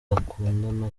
udakunda